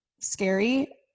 scary